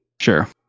Sure